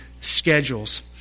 schedules